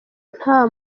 nta